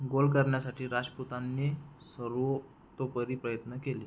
गोल करण्यासाठी राशपुतांनी सर्वतोपरी प्रयत्न केले